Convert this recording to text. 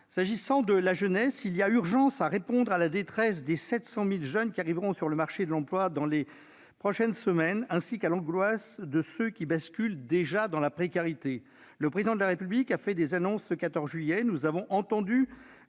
transition écologique. Il y a urgence à répondre à la détresse des 700 000 jeunes qui arriveront sur le marché de l'emploi dans les prochaines semaines, ainsi qu'à l'angoisse de ceux qui basculent déjà dans la précarité. Le Président de la République a fait des annonces ce 14 juillet. Nous avons entendu